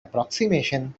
approximation